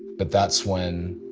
but that's when,